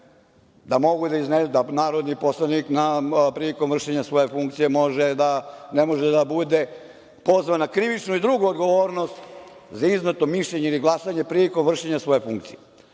103 mi garantuje da narodni poslanik prilikom vršenja svoje funkcije ne može da bude pozvan na krivičnu i drugu odgovornost za izneto mišljenje ili glasanje prilikom vršenja svoje funkcije.